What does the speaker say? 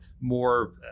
more